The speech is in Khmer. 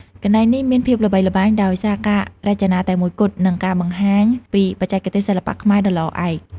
កន្លែងនេះមានភាពល្បីល្បាញដោយសារការរចនាតែមួយគត់ និងការបង្ហាញពីបច្ចេកទេសសិល្បៈខ្មែរដ៏ល្អឯក។